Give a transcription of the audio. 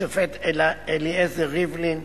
השופט אליעזר ריבלין,